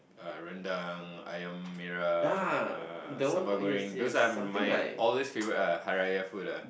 uh rendang ayam merah uh sambal goreng those are my always favourite ah Hari-Raya food ah